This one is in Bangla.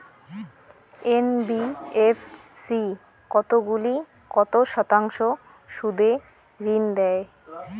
এন.বি.এফ.সি কতগুলি কত শতাংশ সুদে ঋন দেয়?